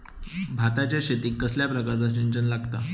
भाताच्या शेतीक कसल्या प्रकारचा सिंचन लागता?